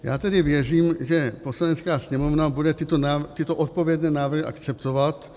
Já tedy věřím, že Poslanecká sněmovna bude tyto odpovědné návrhy akceptovat.